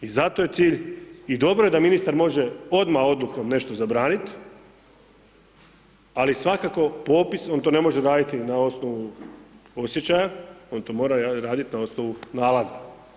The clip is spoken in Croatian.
I zato je cilj i dobro je da ministar može odmah odlukom nešto zabranit, ali svakako popis, on to ne može raditi na osnovu osjećaja, on to mora radit na osnovu nalaza.